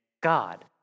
God